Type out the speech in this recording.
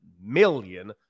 million